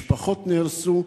משפחות נהרסו,